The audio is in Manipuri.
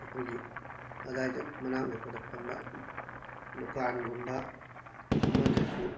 ꯑꯩꯈꯣꯏꯒꯤ ꯑꯗ꯭ꯋꯥꯏꯗ ꯃꯅꯥꯛ ꯅꯛꯄꯗ ꯐꯝꯕ ꯗꯨꯀꯥꯟꯒꯨꯝꯕ ꯑꯃꯗꯁꯨ